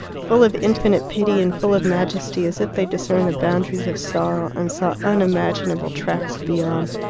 full of infinite pity and full of majesty, as if they discerned the boundaries of sorrow, and saw unimaginable tracts beyond.